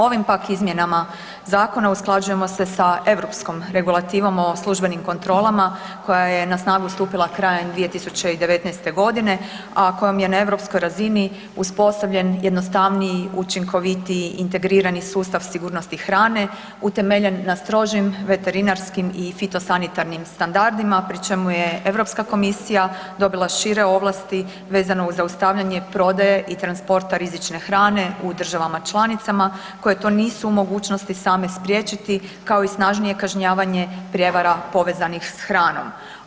Ovim pak izmjenama zakona usklađujemo se sa europskom regulativom o službenim kontrolama koja je na snagu stupila krajem 2019. godine, a kojom je na europskoj razini uspostavljen jednostavniji, učinkovitiji, integrirani sustav sigurnosti hrane utemeljen na strožim veterinarskim i fitosanitarnim standardima pri čemu je Europska komisija dobila šire ovlasti vezene uz zaustavljanje prodaje i transporta rizične hrane u državama članicama koje to nisu u mogućnosti same spriječiti kao i snažnije kažnjavanje prijevara povezanih s hranom.